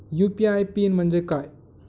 UPI pin म्हणजे काय?